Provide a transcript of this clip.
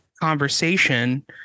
conversation